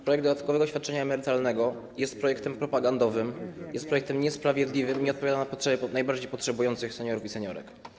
Projekt dodatkowego świadczenia emerytalnego jest projektem propagandowym, jest projektem niesprawiedliwym, nie odpowiada na oczekiwania najbardziej potrzebujących seniorów i seniorek.